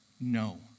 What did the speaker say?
no